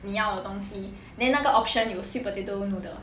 你要的东西 then 那个 option 有 sweet potato noodle